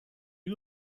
you